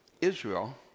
Israel